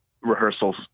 rehearsals